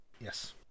Yes